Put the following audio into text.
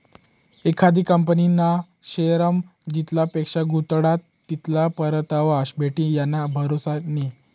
एखादी कंपनीना शेअरमा जितला पैसा गुताडात तितला परतावा भेटी याना भरोसा नै